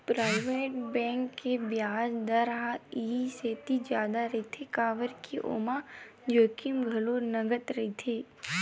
private bank के बियाज दर ह इहि सेती जादा रहिथे काबर के ओमा जोखिम घलो नँगत रहिथे